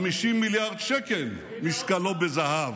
50 מיליארד שקל משקלו בזהב.